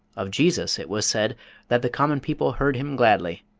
of jesus it was said that the common people heard him gladly.